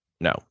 no